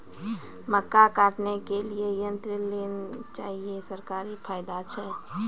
मक्का काटने के लिए यंत्र लेल चाहिए सरकारी फायदा छ?